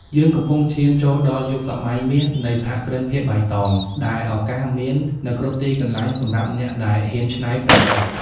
យើងកំពុងឈានចូលដល់ "យុគសម័យមាសនៃសហគ្រិនភាពបៃតង" ដែលឱកាសមាននៅគ្រប់ទីកន្លែងសម្រាប់អ្នកដែលហ៊ានច្នៃប្រឌិត។